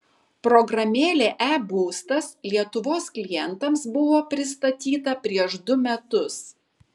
programėlė e būstas lietuvos klientams buvo pristatyta prieš du metus